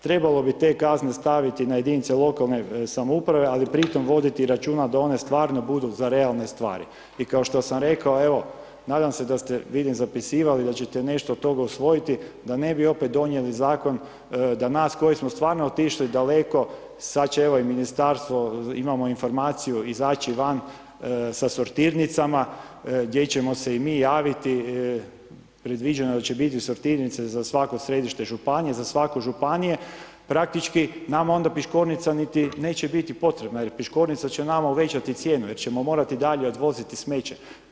Trebalo bi te kazne staviti na jedinice lokalne samouprave, ali pri tom voditi i računa da one stvarno budu za realne stvari i kao što sam rekao, evo, nadam se da ste vidim zapisivali da ćete nešto od toga usvojiti, da ne bi opet donijeli zakon, da nas koji smo stvarno otišli daleko sad će evo i Ministarstvo, imamo informaciju, izaći van sa sortirnicama, gdje ćemo se i mi javiti, predviđeno je da će biti sortirnice za svako središte Županije, za svaku Županiju, praktični nama onda Piškornica neće biti niti potrebna, jer Piškornica će nama uvećati cijenu, jer ćemo morati dalje odvoziti smeće.